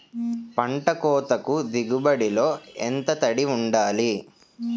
పంట కోతకు దిగుబడి లో ఎంత తడి వుండాలి?